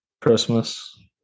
Christmas